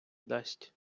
дасть